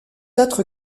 être